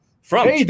from-